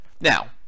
Now